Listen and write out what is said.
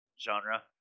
genre